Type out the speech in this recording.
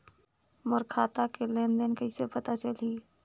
मोर खाता के लेन देन कइसे पता चलही?